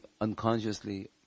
unconsciously